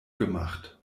gemacht